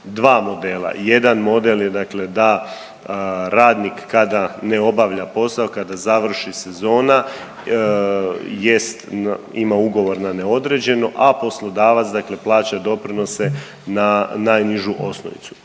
dva modela. Jedan model je dakle da radnik kada ne obavlja posao, kada završi sezona jest ima ugovor na neodređeno, a poslodavac dakle plaća doprinose na najnižu osnovicu.